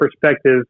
perspective